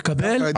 תקבל.